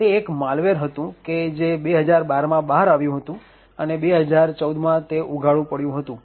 તે એક માલ્વેર હતું કે જે 2012માં બહાર આવ્યું હતું અને 2014માં તે ઉઘાડું પડયું હતું